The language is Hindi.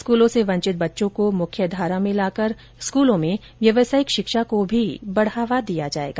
स्कूलों से वंचित बच्चों को मुख्य धारा में लाकर स्कूलों में व्यावसायिक शिक्षा को भी बढ़ावा दिया जाएगा